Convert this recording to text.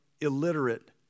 illiterate